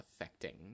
affecting